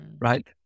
right